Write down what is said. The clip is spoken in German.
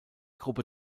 gruppe